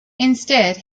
instead